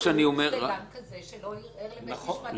--- אדם כזה שלא ערער לבית משפט העליון.